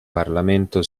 parlamento